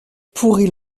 pourrie